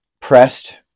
pressed